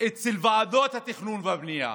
אצל ועדות התכנון והבנייה